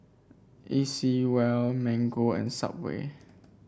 A C Well Mango and Subway